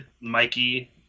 Mikey